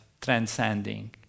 transcending